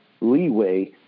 leeway